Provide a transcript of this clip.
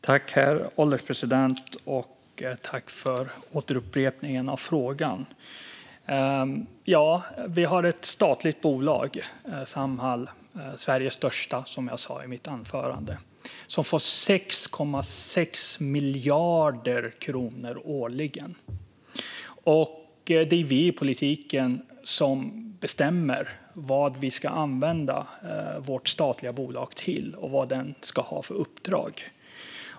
Herr ålderspresident! Jag tackar återigen för frågan! Vi har ett statligt bolag, Samhall, som är Sveriges största som jag sa i mitt anförande. De får 6,6 miljarder kronor årligen. Det är vi i politiken som bestämmer vad vi ska använda våra statliga bolag till och vad de ska ha för uppdrag.